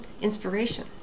inspiration